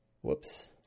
whoops